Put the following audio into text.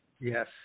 yes